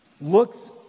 looks